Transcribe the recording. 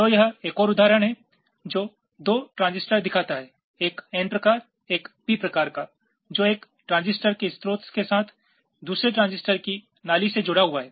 तो यह एक और उदाहरण है जो दो ट्रांजिस्टर दिखाता है एक n प्रकार एक p प्रकार का जो एक ट्रांजिस्टर के स्रोत के साथ दूसरे ट्रांजिस्टर की नाली से जुड़ा हुआ है